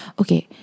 okay